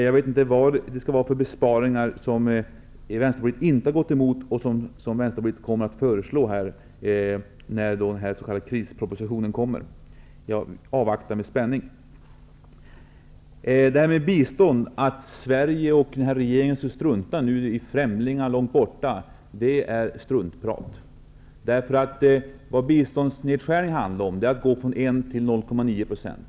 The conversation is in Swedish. Jag vet varken vilka besparingar som ni i Vänsterpartiet inte har gått emot eller vilka besparingar som ni kommer att föreslå i anslutning till den s.k. krispropositionen. Jag avvaktar era förslag med spänning. Att Sveriges regering nu skulle strunta i främlingar som bor långt borta är struntprat. Biståndsnedskärningen handlar om att gå från 1 % till 0,9 %.